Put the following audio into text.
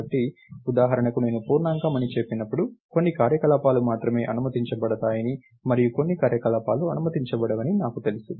కాబట్టి ఉదాహరణకు నేను పూర్ణాంకం అని చెప్పినప్పుడు కొన్ని కార్యకలాపాలు మాత్రమే అనుమతించబడతాయని మరియు కొన్ని కార్యకలాపాలు అనుమతించబడవని నాకు తెలుసు